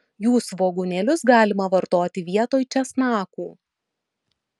jų svogūnėlius galima vartoti vietoj česnakų